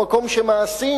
במקום שמעשים,